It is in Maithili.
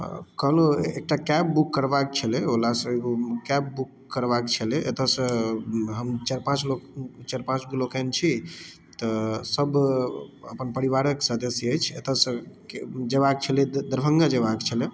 कहलहुँ एकटा कैब बुक करबाके छलै ओलासँ एगो कैब बुक करबाके छलै एतऽसँ हम चारि पाँच लोक चारि पाँच लोकनि छी तऽ सब अपन परिवारके सदस्य अछि एतऽसँ जेबाक छलै दरभङ्गा जेबाके छलै